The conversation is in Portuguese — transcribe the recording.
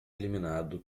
eliminado